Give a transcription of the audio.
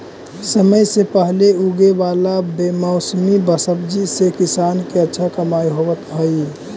समय से पहले उगे वाला बेमौसमी सब्जि से किसान के अच्छा कमाई होवऽ हइ